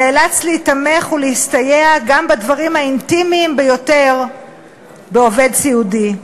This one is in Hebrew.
נאלץ להיתמך ולהסתייע גם בדברים האינטימיים ביותר בעובד סיעודי.